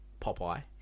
Popeye